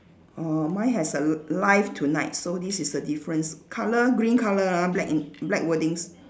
err mine has a l~ live tonight so this is the difference colour green colour ah black in black wordings